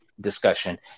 discussion